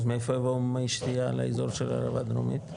אז מאיפה יבואו מי שתייה לאזור של ערבה דרומית?